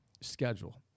schedule